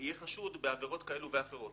יהיה חשוד בעבירות כאלה או אחרות.